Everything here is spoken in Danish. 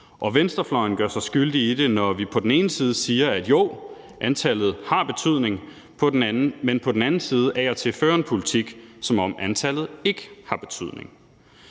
venstrefløjen gør sig skyldig i det, når vi på den ene side siger, at jo, antallet har betydning, men på den anden side af og til fører en politik, som om antallet ikke har betydning.